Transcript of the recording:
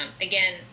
again